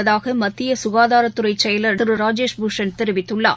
உள்ளதாகமத்தியசுகாதாரத்துறைசெயலாளர் திருராஜேஷ் பூஷண் தெரிவித்துள்ளார்